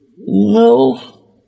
no